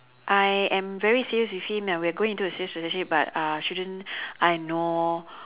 I am very serious with him and we are going into a serious relationship but uh shouldn't I know